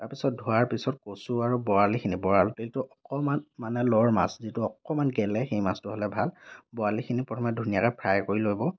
তাৰ পিছত ধোৱাৰ পিছত কচু আৰু বৰালিখিনি বৰালিটো অকণমান মানে লৰ মাছ যিহেতু অকণমান গেলে সেই মাছটো হ'লে ভাল বৰালিখিনি প্ৰথমে ধুনীয়াকৈ ফ্ৰাই কৰি ল'ব